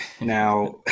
now